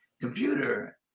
computer